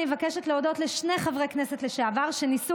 אני מבקשת להודות לשני חברי כנסת לשעבר שניסו